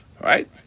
right